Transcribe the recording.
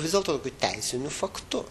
vis dėlto teisiniu faktu